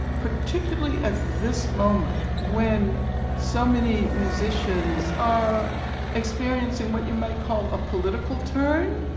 particularly at this moment when so many musicians are experiencing what you might call a political turn.